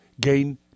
gain